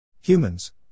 Humans